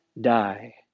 die